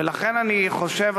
ולכן אני חושב,